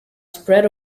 spread